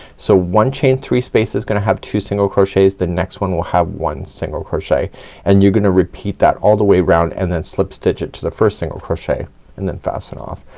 so one chain three space is gonna have two single crochets the next one will have one single crochet and you're gonna repeat that all the way around and then slip to digit to the first single crochet and then fasten off.